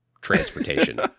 transportation